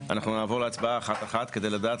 אנחנו נעבור להצבעה אחת אחת כדי לדעת